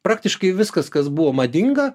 praktiškai viskas kas buvo madinga